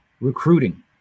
recruiting